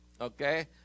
okay